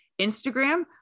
Instagram